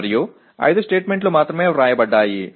மேலும் 5 அறிக்கைகள் மட்டுமே எழுதப்பட்டுள்ளன